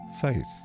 faith